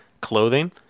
clothing